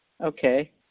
okay